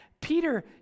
Peter